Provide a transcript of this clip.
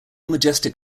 majestic